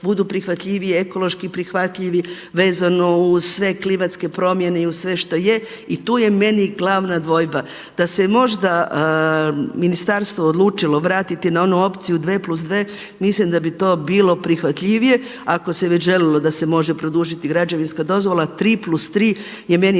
budu prihvatljiviji i ekološki prihvatljivi vezano uz sve klimatske promjene i uz sve što je. I tu je meni glavna dvojba, da se možda ministarstvo odlučilo vratiti na onu opciju dve plus dve mislim da bi to bilo prihvatljivije ako se već želilo da se može produžiti građevinska dozvola, tri plus tri je meni